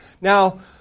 Now